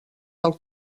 del